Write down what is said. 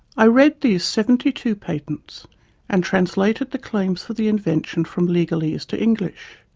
i read these seventy two patents and translated the claims for the invention from legalese to english.